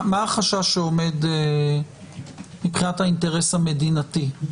מה החשש שעומד מבחינת האינטרס המדינתי?